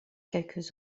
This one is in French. quelques